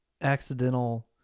accidental